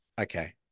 Okay